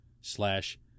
slash